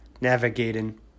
navigating